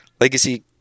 legacy